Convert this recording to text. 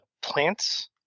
plants